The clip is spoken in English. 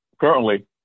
currently